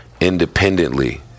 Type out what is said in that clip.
independently